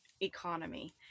economy